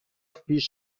پیش